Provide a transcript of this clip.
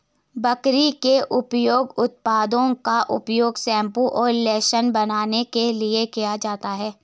बकरी के उप उत्पादों का उपयोग शैंपू और लोशन बनाने के लिए किया जाता है